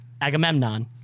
Agamemnon